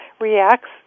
reacts